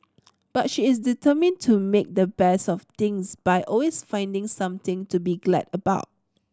but she is determined to make the best of things by always finding something to be glad about